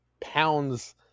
pounds